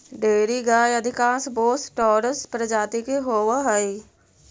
dairy गाय अधिकांश Bos taurus प्रजाति के होवऽ हइ